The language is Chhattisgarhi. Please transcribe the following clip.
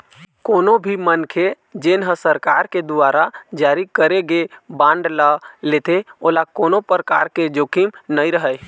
कोनो भी मनखे जेन ह सरकार के दुवारा जारी करे गे बांड ल लेथे ओला कोनो परकार के जोखिम नइ रहय